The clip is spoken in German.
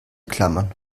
klammern